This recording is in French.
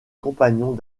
compagnons